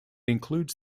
includes